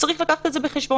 וצריך להביא את זה בחשבון,